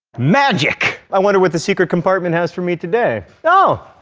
magic! i wonder what the secret compartment has for me today? oh!